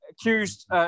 accused